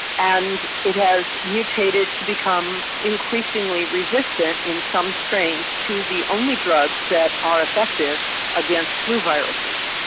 and it has mutated to become increasingly resistant in some strains to the only drugs that are effective against flu viruses.